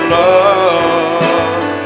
love